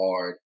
hard